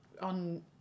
on